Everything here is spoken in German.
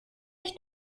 ich